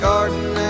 Garden